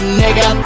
nigga